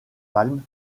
palmes